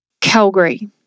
Calgary